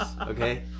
Okay